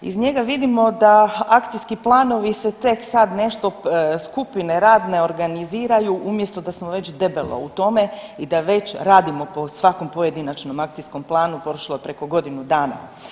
Iz njega vidimo da akcijski planovi se tek sad nešto skupine radne organiziraju umjesto da smo već debelo u tome i da već radimo po svakom pojedinačnom akcijskom planu prošlo je preko godinu dana.